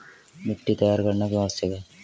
मिट्टी तैयार करना क्यों आवश्यक है?